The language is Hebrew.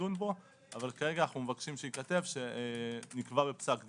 לדון בו אבל כרגע אנו מבקשים שייכתב שנקבע בפסק דין,